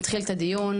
נתחיל את הדיון.